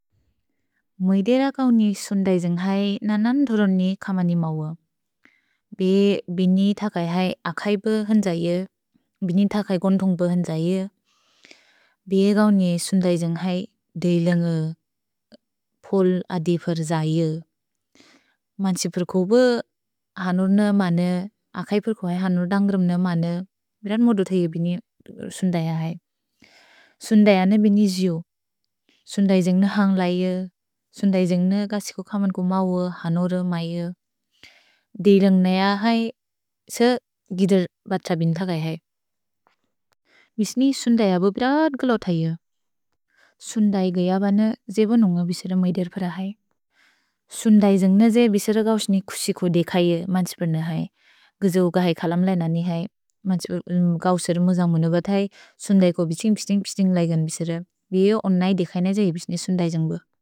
म्विदेर कौनि सुन्दै जेन्ग् है ननन् धुरोनि कमनि मौअ। भे बिनि थकै है अखैप हन्त्जैये, बिनि थकै गोन्धोन्ग्प हन्त्जैये। भे कौनि सुन्दै जेन्ग् है देइलन्ग पोल अदिफर् जैये। मन्छिपुर्को ब हनुर्न मन, अखैपुर्को ब हनुर् दन्ग्दुरम्न मन, बेरत् मोदु थैये बिनि सुन्दैय है। सुन्दैय न बिनि जिउ। सुन्दै जेन्ग् न हन्ग् लैये, सुन्दै जेन्ग् न गसिको कमनि मौअ, हनुर मैये। देइलन्ग न य है, स गिदर् बत्र बिनि थकै है। भिस्नि सुन्दैय ब बेरत् ग्लो थैये। सुन्दै गय ब न जेब नोन्ग बिसेर म्विदेर् पर है। सुन्दै जेन्ग् न जै, बिसेर गौस्ने कुसि को देखैये, मन्छिपुर्न है। गिजिउग है, कलम्लै न नि है। मन्छिपुर् कौसेरे मुज मुनु ब थै। सुन्दै को बिछिन्ग्, पिछ्तिन्ग्, पिछ्तिन्ग् लैगेन् बिसेर। भियो ओनै देखैने ज हि बिस्नि सुन्दै जेन्ग् ब।